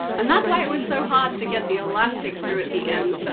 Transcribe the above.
and that's why it was so hard to get the elastic through at the end.